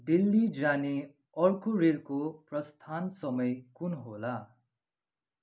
दिल्ली जाने अर्को रेलको प्रस्थान समय कुन होला